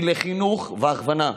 היא לחינוך והכוונה.